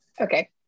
Okay